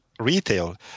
retail